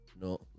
No